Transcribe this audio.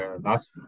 last